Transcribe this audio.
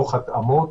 תוך התאמות,